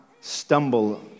stumble